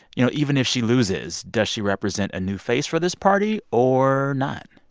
you know, even if she loses, does she represent a new face for this party or not?